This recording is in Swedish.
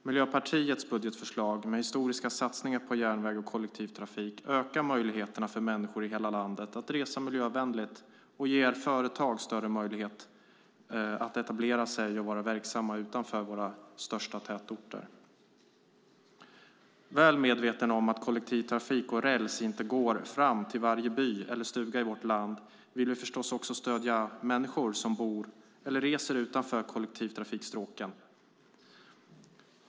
Miljöpartiets budgetförslag, med historiska satsningar på järnväg och kollektivtrafik, ökar möjligheterna för människor i hela landet att resa miljövänligt och ger företag större möjligheter att etablera sig och vara verksamma utanför våra största tätorter. Väl medvetna om att kollektivtrafik och räls inte går fram till varje by eller stuga i vårt land vill vi förstås också stödja människor som bor eller reser utanför kollektivtrafikstråken.